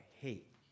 hate